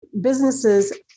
Businesses